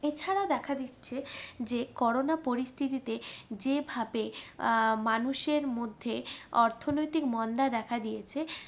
এছাড়া দেখা দিচ্ছে যে করোনা পরিস্থিতিতে যেভাবে মানুষের মধ্যে অর্থনৈতিক মন্দা দেখা দিয়েছে